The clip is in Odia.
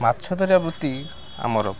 ମାଛ ଧରିବା ବୃତ୍ତି ଆମର